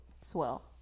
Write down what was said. Swell